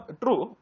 true